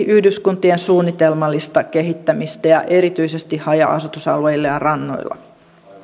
yhdyskuntien suunnitelmallista kehittämistä erityisesti haja asutusalueilla ja rannoilla